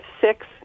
six